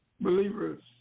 believers